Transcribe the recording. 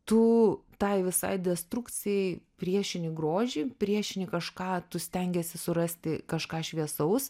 tu tai visai destrukcijai priešinį grožį priešinį kažką tu stengiesi surasti kažką šviesaus